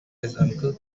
uncle